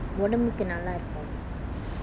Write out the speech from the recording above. ஒடம்புக்கு நல்லா இருக்கும்:odambukku nalla irukkum